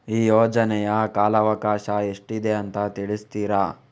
ಈ ಯೋಜನೆಯ ಕಾಲವಕಾಶ ಎಷ್ಟಿದೆ ಅಂತ ತಿಳಿಸ್ತೀರಾ?